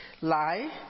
lie